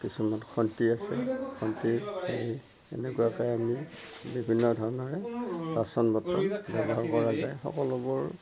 কিছুমান খণ্টি আছে খণ্টি এনেকুৱাকৈ আমি বিভিন্ন ধৰণৰ বাচন বৰ্তন ব্যৱহাৰ কৰা যায় সকলোবোৰ